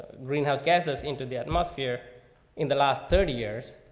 greenhouse gases into the atmosphere in the last thirty years.